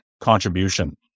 contribution